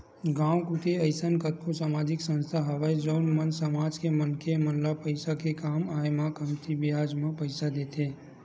गाँव कोती अइसन कतको समाजिक संस्था हवय जउन मन समाज के मनखे मन ल पइसा के काम आय म कमती बियाज म पइसा देथे